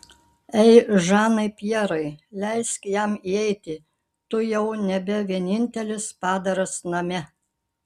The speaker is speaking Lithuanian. ei žanai pjerai leisk jam įeiti tu jau nebe vienintelis padaras name